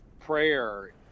prayer